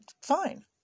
fine